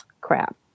crap